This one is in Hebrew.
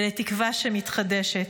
ולתקווה שמתחדשת,